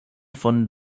von